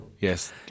Yes